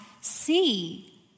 see